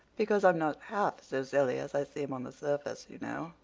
because i'm not half so silly as i seem on the surface, you know.